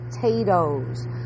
potatoes